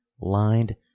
lined